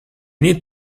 need